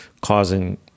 causing